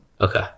okay